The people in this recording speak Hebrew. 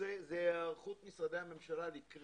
הדבר הנוסף שאני רוצה זה היערכות משרדי הממשלה לקראת